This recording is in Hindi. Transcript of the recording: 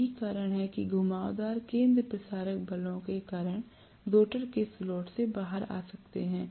यही कारण है कि घुमावदार केन्द्रापसारक बलों के कारण रोटर के स्लॉट से बाहर आ सकते हैं